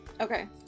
Okay